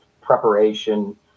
preparation